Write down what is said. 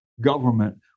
government